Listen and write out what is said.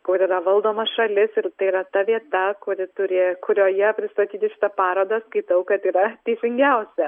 kur yra valdoma šalis ir tai yra ta vieta kuri turi kurioje pristatyti šitą parodą skaitau kad yra teisingiausia